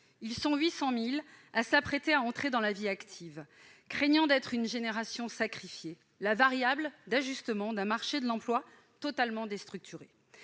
Ils sont 800 000 à s'apprêter à entrer dans la vie active, mais ils craignent d'être une génération sacrifiée, la variable d'ajustement d'un marché de l'emploi totalement déstructuré.